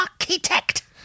architect